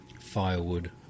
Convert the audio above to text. firewood